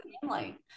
family